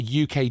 UK